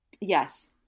yes